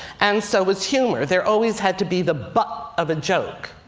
and so was humor. there always had to be the butt of a joke.